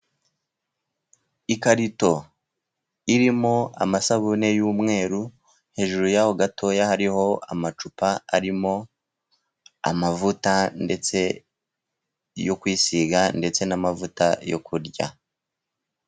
Ikarito irimo amasabune y'umweru, hejuru yaho gatoya hariho amacupa arimo amavuta yo kwisiga, ndetse n'amavuta yo kurya.